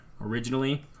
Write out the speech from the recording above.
originally